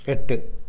எட்டு